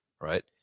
right